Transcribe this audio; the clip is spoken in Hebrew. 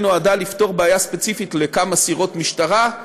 שנועדה לפתור בעיה ספציפית לכמה סירות משטרה.